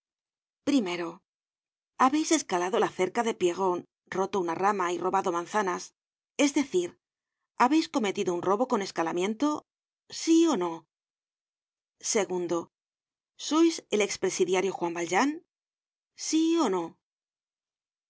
primero habeis escalado la cerca de pierron roto una rama y robado manzanas es decir habeis cometido un robo con escalamiento sí ó no segundo sois el ex presidiario juan valjean sí ó no